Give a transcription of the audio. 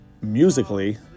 musically